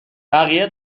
بقیه